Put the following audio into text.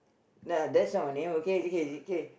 uh that's not my name okay okay okay